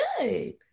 good